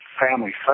family